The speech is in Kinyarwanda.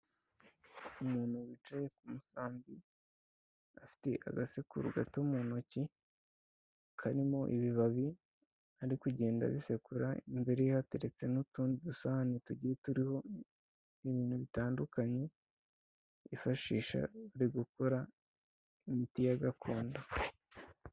Umuntu wicaye ku musambi afite agasekuru gato mu ntoki karimo ibibabi ariko kugenda bisekura imbere hateretse n'utundi dusahani tugiye turiho ibintu bitandukanye yifashisha ari gukora imiti ya gakondo.